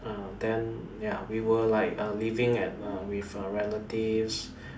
uh then ya we were like err living at uh with uh relatives